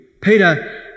Peter